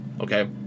okay